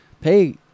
pay